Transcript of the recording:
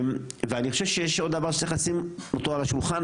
ואני חושב שיש עוד דבר שצריך לשים אותו על השולחן,